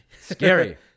Scary